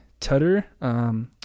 tutter